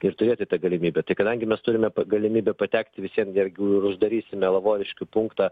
ir turėti tą galimybę tai kadangi mes turime galimybę patekti visvien jeigu ir uždarysime lavoriškių punktą